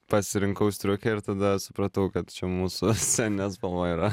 pasirinkau striukę ir tada supratau kad čia mūsų sceninė spalva yra